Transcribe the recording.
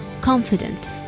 confident